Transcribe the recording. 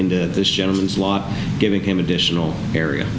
into this gentleman's lot giving him additional area